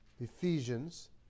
Ephesians